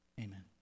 Amen